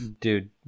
dude